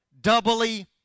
Doubly